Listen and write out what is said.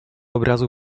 obrazu